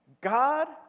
God